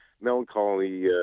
Melancholy